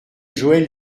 joël